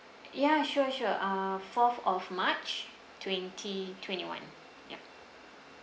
ya sure sure uh fourth of march twenty twenty one yup